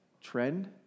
trend